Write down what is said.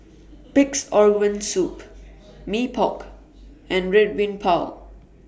Pig'S Organ Soup Mee Pok and Red Bean Bao